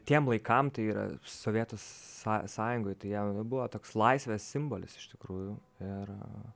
ties laikam tai yra sovietų są sąjungoje tai jie buvo toks laisvės simbolis iš tikrųjų ir